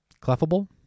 Clefable